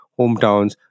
hometowns